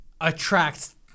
attracts